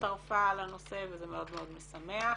הצטרפה לנושא וזה מאוד מאוד משמח.